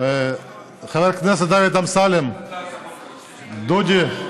חבר הכנסת דוד אמסלם, דודי.